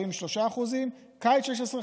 43%; קיץ 2016,